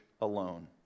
alone